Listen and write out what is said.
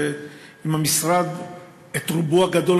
ואם המשרד כיסה את רובם הגדול